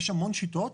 יש המון שיטות.